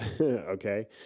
Okay